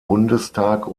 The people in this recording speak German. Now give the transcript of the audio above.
bundestag